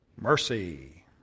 mercy